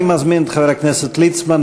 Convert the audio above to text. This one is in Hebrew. אני מזמין את חבר הכנסת ליצמן.